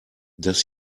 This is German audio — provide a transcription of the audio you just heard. dass